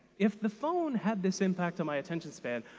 if the phone had this impact on my attention span,